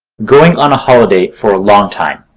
going on a holiday for a long time,